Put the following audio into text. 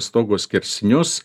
stogo skersinius